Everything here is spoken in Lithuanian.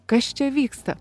kas čia vyksta